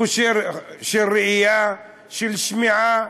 חוש ראייה, שמיעה,